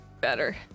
better